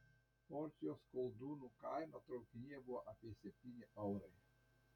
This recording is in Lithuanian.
porcijos koldūnų kaina traukinyje buvo apie septyni eurai